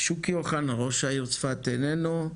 שוקי אוחנה ראש העיר צפת איננו,